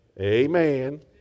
Amen